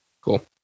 Cool